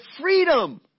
freedom